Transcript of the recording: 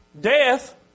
death